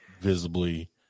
visibly